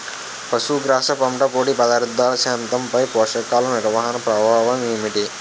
పశుగ్రాస పంట పొడి పదార్థాల శాతంపై పోషకాలు నిర్వహణ ప్రభావం ఏమిటి?